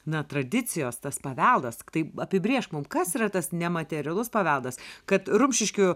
na tradicijos tas paveldas tiktai apibrėžk mum kas yra tas nematerialus paveldas kad rumšiškių